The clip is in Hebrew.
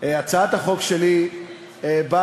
ביטוח וחיסכון,